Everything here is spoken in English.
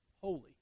Holy